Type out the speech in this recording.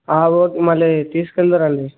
ఓ మళ్ళీ తీసుకు వెళ్ళుదురు అండి